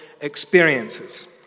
experiences